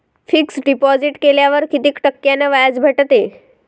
Fix deposit केल्यावर कितीक टक्क्यान व्याज भेटते?